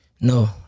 No